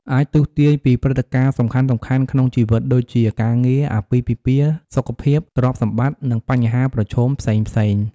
អាចទស្សន៍ទាយពីព្រឹត្តិការណ៍សំខាន់ៗក្នុងជីវិត ដូចជា ការងារ អាពាហ៍ពិពាហ៍ សុខភាព ទ្រព្យសម្បត្តិ និងបញ្ហាប្រឈមផ្សេងៗ។